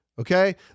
Okay